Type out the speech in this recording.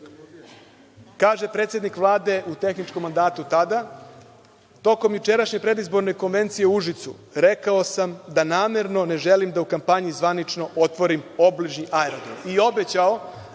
kaže predsednik Vlade u tehničkom mandatu tada – tokom jučerašnje predizborne konvencije u Užicu, rekao sam da namerno ne želim da u kampanji zvanično otvorim obližnji aerodrom